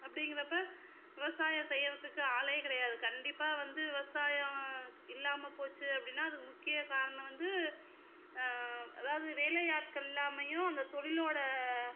அப்படிங்கிறப்ப விவசாயம் செய்யுறத்துக்கு ஆள் கிடையாது கண்டிப்பாக வந்து விவசாயம் இல்லாமல் போச்சு அப்படின்னா அதுக்கு முக்கிய காரணம் வந்து அதாவது வேலை ஆட்கள் இல்லாமையும் அந்த தொழிலோட